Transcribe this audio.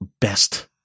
best